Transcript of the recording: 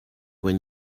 when